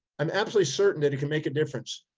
i'm absolutely certain that it can make a difference.